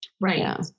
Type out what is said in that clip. Right